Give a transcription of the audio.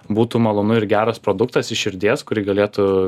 būtų malonu ir geras produktas iš širdies kurį galėtų